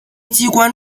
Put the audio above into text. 机关